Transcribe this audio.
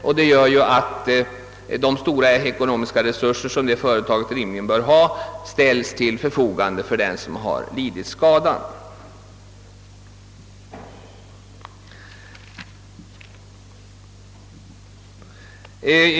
Härigenom «ställs alltså de stora ekonomiska resurser, som detta företag rimligen bör ha, till den skadelidandes förfogande.